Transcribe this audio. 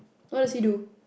what does he do